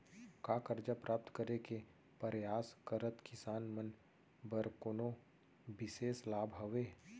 का करजा प्राप्त करे के परयास करत किसान मन बर कोनो बिशेष लाभ हवे?